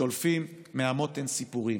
שולפים מהמותן סיפורים.